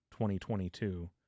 2022